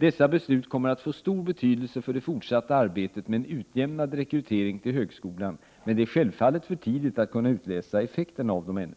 Dessa beslut kommer att få stor betydelse för det fortsatta arbetet med en utjämnad rekrytering till högskolan, men det är självfallet för tidigt att kunna bedöma effekterna av dem ännu.